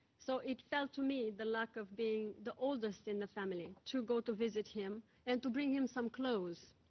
so, it fell to me, the luck of being the oldest in the family, to go to visit him and to bring him some clothes.